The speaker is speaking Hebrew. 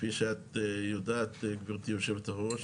כפי שאת יודעת, גברתי היו"ר,